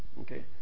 okay